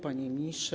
Panie Ministrze!